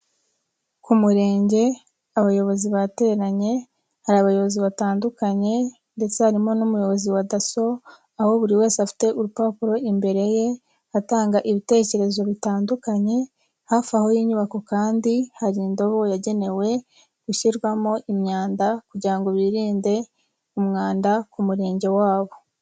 Ku murenge, abayobozi bateranye, hari abayobozi batandukanye ,ndetse harimo n'umuyobozi wa DASSO, aho buri wese afite urupapuro imbere ye ,atanga ibitekerezo bitandukanye, hafi aho y'inyubako kandi hari indobo yagenewe gushyirwamo imyanda, kugira ngo birinde umwanda ku murenge wabo.